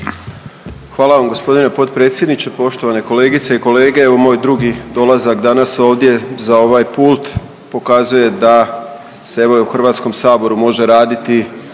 Hvala vam g. potpredsjedniče. Poštovane kolegice i kolege, evo moj drugi dolazak danas ovdje za ovaj pult pokazuje da se evo i u HS može raditi